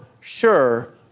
sure